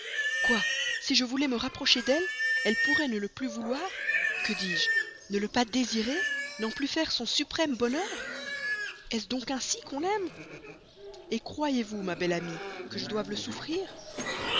quoi si je voulais me rapprocher d'elle elle pourrait ne le plus vouloir que dis-je ne le pas désirer n'en plus faire son suprême bonheur est-ce donc ainsi qu'on aime croyez-vous ma belle amie que je doive le souffrir